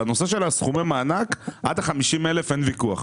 בנושא סכומי המענק, עד ה-50,000 שקל אין ויכוח.